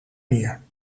meer